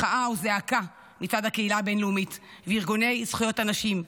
מחאה או זעקה מצד הקהילה הבין-לאומית וארגוני זכויות הנשים.